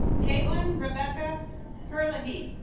caitlin rebecca herlihy